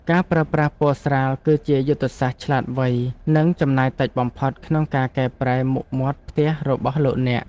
ការប្រើប្រាស់ពណ៌ស្រាលគឺជាយុទ្ធសាស្ត្រឆ្លាតវៃនិងចំណាយតិចបំផុតក្នុងការកែប្រែមុខមាត់ផ្ទះរបស់លោកអ្នក។